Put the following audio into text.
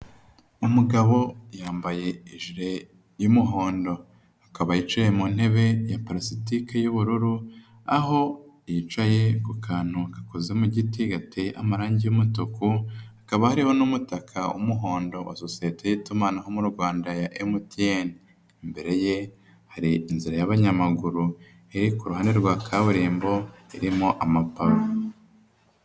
Umugabo yambaye ijire y'umuhondo akaba yicaye mu ntebe ya parasitike y'ubururu aho yicaye ku kantu gakoze mu giti gateye amarangi y'umutuku, hakaba hariho n'umutaka w'umuhondo wa sosiyete y'itumanaho mu Rwanda ya MTN, imbere ye hari inzira y'abanyamaguru iri ku ruhande rwa kaburimbo irimo amapave.